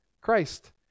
Christ